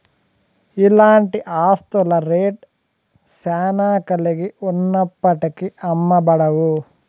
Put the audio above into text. ఇలాంటి ఆస్తుల రేట్ శ్యానా కలిగి ఉన్నప్పటికీ అమ్మబడవు